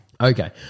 Okay